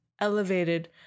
elevated